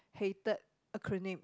hated acronym